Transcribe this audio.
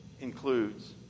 includes